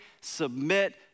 submit